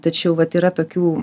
tačiau vat yra tokių